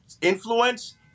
influence